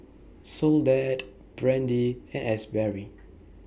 Soledad Brandie and Asberry